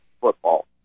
football